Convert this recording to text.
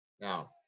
Now